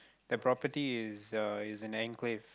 the property is a is unclaimed